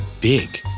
big